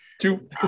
Two